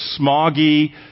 smoggy